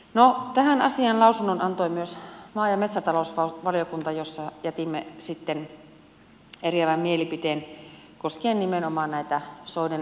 no tähän asiaan lausunnon antoi myös maa ja metsätalousvaliokunta jossa jätimme sitten eriävän mielipiteen koskien nimenomaan tätä soiden luokitusta